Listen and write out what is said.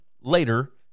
later